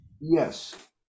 Yes